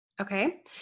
Okay